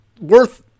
worth